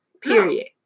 Period